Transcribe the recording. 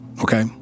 Okay